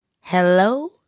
Hello